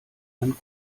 einen